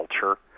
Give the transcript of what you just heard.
culture